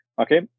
Okay